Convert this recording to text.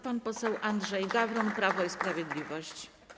Pan poseł Andrzej Gawron, Prawo i Sprawiedliwość.